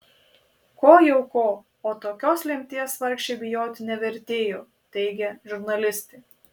ko jau ko o tokios lemties vargšei bijoti nevertėjo teigia žurnalistė